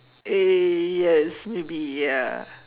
eh yes maybe ya